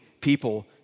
people